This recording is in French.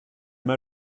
mal